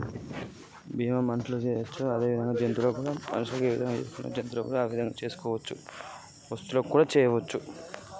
బీమా మనుషులకు మాత్రమే చెయ్యవచ్చా లేక జంతువులపై కానీ వస్తువులపై కూడా చేయ వచ్చా?